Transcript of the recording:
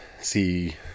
see